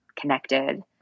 connected